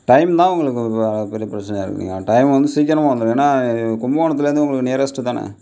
time தான் உங்களுக்கு ஒரு ப பெரிய பிரச்சினையா இருக்குதுங்க டைம் வந்து சீக்கிரமா வந்துடுங்க ஏன்னால் இ இ கும்பகோணத்துலேருந்து உங்களுக்கு நியரெஸ்ட்டு தானே